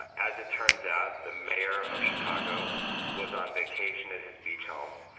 ah as it turns out, the mayor of chicago was on vacation at his beach home,